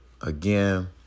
again